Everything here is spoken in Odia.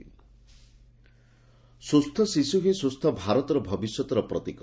ରାଜ୍ୟପାଳ ସୁସ୍ଥ ଶିଶୁ ହଁ ସୁସ୍ଥ ଭାରତର ଭବିଷ୍ୟତର ପ୍ରତୀକ